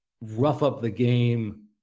rough-up-the-game